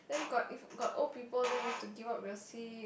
got if got old people then you have to give up your seat